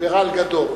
ליברל גדול.